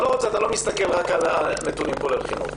לא רוצה אתה לא מסתכל על כלל הנתונים כולל חינוך.